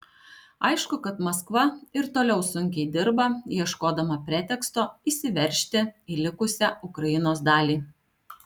aišku kad maskva ir toliau sunkiai dirba ieškodama preteksto įsiveržti į likusią ukrainos dalį